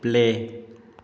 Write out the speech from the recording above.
play